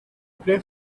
pray